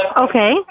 Okay